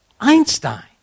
Einstein